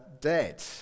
dead